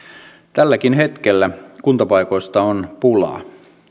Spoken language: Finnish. tälläkin hetkellä kuntapaikoista on pulaa